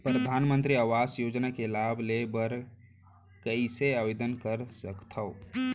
परधानमंतरी आवास योजना के लाभ ले बर कइसे आवेदन कर सकथव?